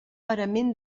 parament